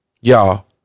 Y'all